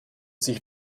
sich